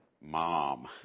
mom